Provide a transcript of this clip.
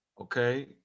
Okay